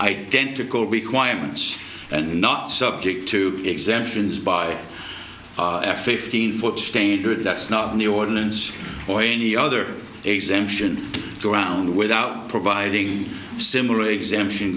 identical requirements and not subject to exemptions by f a fifteen foot standard that's not in the ordinance or any other exemption around without providing similar exemption